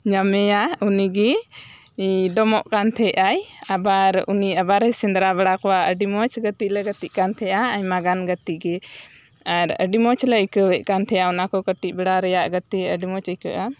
ᱧᱟᱢᱮᱭᱟ ᱩᱱᱤᱜᱮ ᱰᱚᱢᱚᱜ ᱠᱟᱱ ᱛᱟᱦᱮᱸᱜ ᱟᱭ ᱟᱵᱟᱨ ᱩᱱᱤ ᱟᱵᱟᱨᱮ ᱥᱮᱸᱫᱽᱨᱟ ᱵᱟᱲᱟ ᱠᱚᱣᱟ ᱟᱰᱤ ᱢᱚᱸᱡᱽ ᱜᱟᱛᱮᱜ ᱞᱮ ᱜᱟᱛᱮᱜ ᱠᱟᱱ ᱛᱟᱦᱮᱸᱜᱼᱟ ᱟᱭᱢᱟ ᱜᱟᱱ ᱜᱟᱛᱮ ᱜᱮ ᱟᱨ ᱟᱰᱤ ᱢᱚᱸᱡᱽ ᱞᱮ ᱟᱹᱭᱠᱟᱹᱣᱮᱜ ᱛᱟᱦᱮᱸᱜᱼᱟ ᱚᱱᱟ ᱠᱚ ᱠᱟᱴᱤᱡ ᱵᱮᱲᱟ ᱨᱮᱭᱟᱜ ᱜᱟᱛᱮᱜ ᱟᱰᱤ ᱢᱚᱸᱡᱽ ᱟᱹᱭᱠᱟᱹᱜᱼᱟ